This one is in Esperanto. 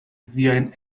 viajn